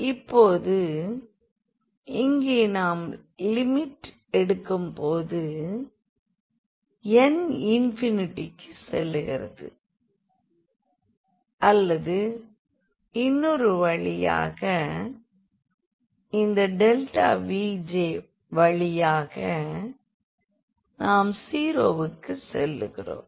இப்போது இங்கே நாம் லிமிட் எடுக்கும் போது n இன்பினிட்டிக்கு செல்கிறது அல்லது இன்னொரு வழியாக இந்த Vj வழியாக நாம் 0'க்கு செல்கிறோம்